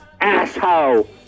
asshole